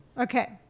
Okay